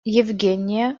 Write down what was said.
евгения